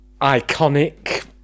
iconic